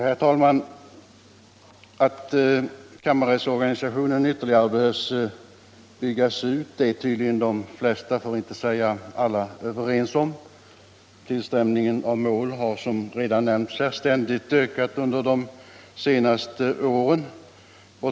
Herr talman! Att kammarrättsorganisationen ytterligare behöver byggas ut är väl de flesta — för att inte säga alla — överens om. Tillströmningen av mål har, som redan nämnts här, ständigt ökat under de senaste åren.